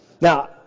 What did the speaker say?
Now